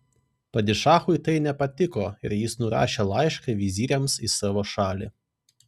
padišachui tai nepatiko ir jis nurašė laišką viziriams į savo šalį